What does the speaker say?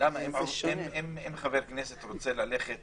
אם חבר כנסת רוצה ללכת